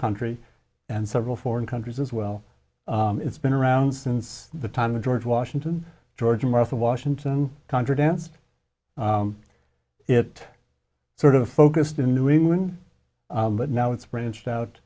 country and several foreign countries as well it's been around since the time of george washington george and martha washington contra dance it sort of focused in new england but now it's branched out